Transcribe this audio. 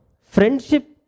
Friendship